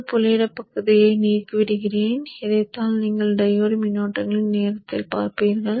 இந்தப் புள்ளியிடப்பட்ட பகுதியை நீக்கி விடுகிறேன் இதைத்தான் நீங்கள் உண்மையில் டையோடு மின்னோட்டங்களின் நோக்கத்தில் பார்ப்பீர்கள்